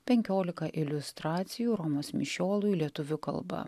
penkiolika iliustracijų romos mišiolui lietuvių kalba